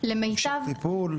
המשך טיפול.